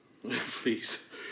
Please